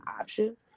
option